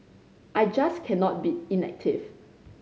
I just cannot be inactive